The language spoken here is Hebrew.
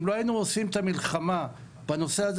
אם לא היינו עושים את המלחמה בנושא הזה